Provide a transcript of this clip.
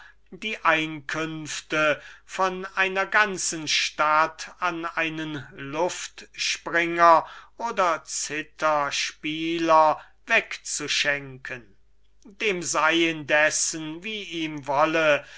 die einkünfte von einer ganzen stadt an einen luftspringer oder citharspieler wegzuschenken dem sei indessen wie ihm wolle